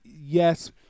yes